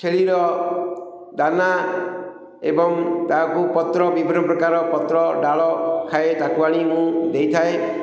ଛେଳିର ଦାନା ଏବଂ ତାହାକୁ ପତ୍ର ବିଭିନ୍ନ ପ୍ରକାର ପତ୍ର ଡାଳ ଖାଏ ତାକୁ ଆଣି ମୁଁ ଦେଇଥାଏ